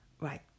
right